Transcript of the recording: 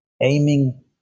aiming